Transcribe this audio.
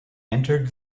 entered